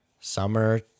summer